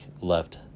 left